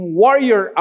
warrior